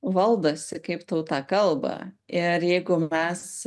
valdosi kaip tauta kalba ir jeigu mes